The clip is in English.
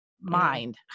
mind